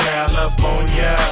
California